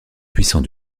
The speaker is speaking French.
puissant